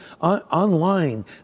online